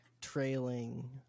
trailing